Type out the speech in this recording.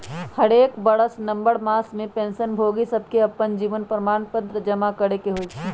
हरेक बरस नवंबर मास में पेंशन भोगि सभके अप्पन जीवन प्रमाण पत्र जमा करेके होइ छइ